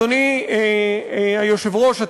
אדוני היושב-ראש,